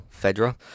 Fedra